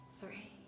three